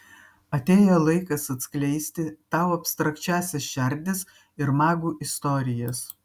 atėjo laikas atskleisti tau abstrakčiąsias šerdis ir magų istorijas